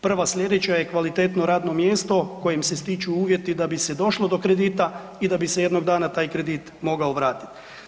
Prva sljedeća je kvalitetno radno mjesto kojim se stiču uvjeti da bi se došlo do kredita i da bi se jednog dana taj kredit mogao vratit.